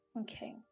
Okay